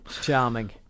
Charming